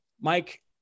Mike